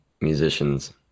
musicians